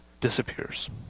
disappears